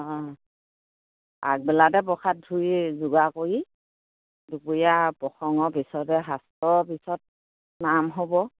অঁ আগবেলাতে প্ৰসাদ ধুই যোগাৰ কৰি দুপৰীয়া প্ৰসঙৰ পিছতে শাস্ত্ৰৰ পিছত নাম হ'ব